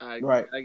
Right